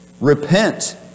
repent